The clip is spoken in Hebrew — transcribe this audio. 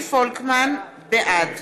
בעד